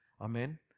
Amen